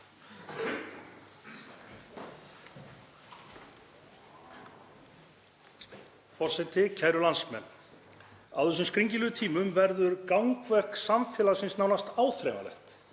Forseti. Kæru landsmenn. Á þessum skringilegu tímum verður gangverk samfélagsins nánast áþreifanlegt,